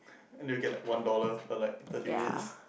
and they get like one dollar per like thirty minutes